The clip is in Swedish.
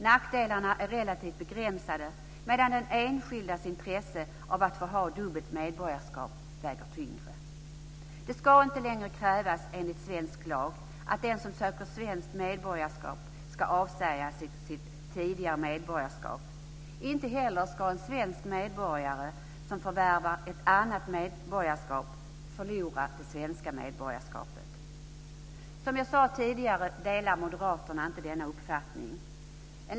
Nackdelarna är relativt begränsade medan de enskildas intresse av att få ha dubbelt medborgarskap väger tyngre. Det ska inte längre krävas enligt svensk lag att den som söker svenskt medborgarskap ska avsäga sig sitt tidigare medborgarskap. Inte heller ska en svensk medborgare som förvärvar ett annat medborgarskap förlora det svenska medborgarskapet. Som jag sade tidigare delar moderaterna inte denna uppfattning.